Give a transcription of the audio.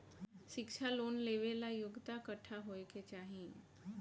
शिक्षा लोन लेवेला योग्यता कट्ठा होए के चाहीं?